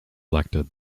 elected